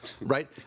right